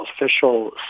official